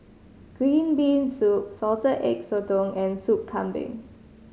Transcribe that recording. green bean soup Salted Egg Sotong and Sup Kambing